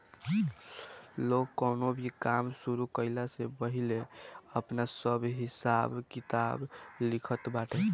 लोग कवनो भी काम शुरू कईला से पहिले आपन सब हिसाब किताब लिखत बाटे